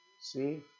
See